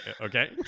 Okay